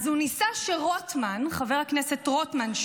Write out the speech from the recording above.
אז הוא ניסה שחבר הכנסת רוטמן,